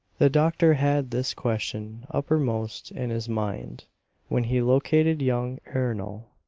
the doctor had this question uppermost in his mind when he located young ernol.